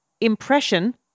impression